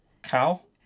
cow